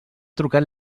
trucat